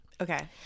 Okay